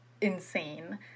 insane